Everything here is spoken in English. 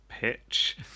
pitch